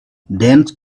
dense